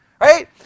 Right